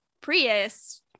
Prius